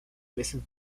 veces